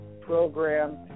program